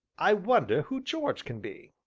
i wonder who george can be?